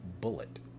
Bullet